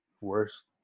worst